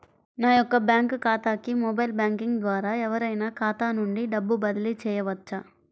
నా యొక్క బ్యాంక్ ఖాతాకి మొబైల్ బ్యాంకింగ్ ద్వారా ఎవరైనా ఖాతా నుండి డబ్బు బదిలీ చేయవచ్చా?